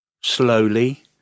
Slowly